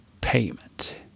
payment